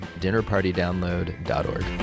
dinnerpartydownload.org